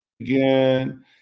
again